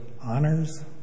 honors